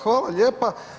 Hvala lijepa.